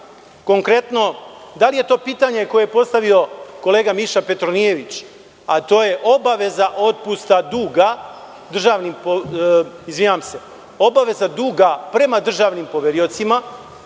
Konkretno, da li je to pitanje koje je postavio kolega Miša Petronijević, a to je obaveza duga prema državnim poveriocima?